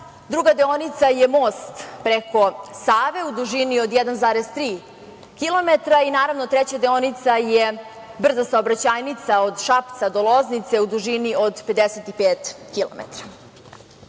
druga deonica je most preko Save u dužini od 1,3 kilometra i naravno, treća deonica je brza saobraćajnica od Šapca do Loznice u dužini od 55